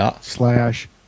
Slash